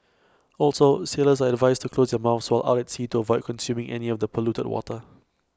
also sailors are advised to close their mouths so out at sea to avoid consuming any of the polluted water